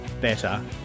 better